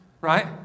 Right